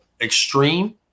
Extreme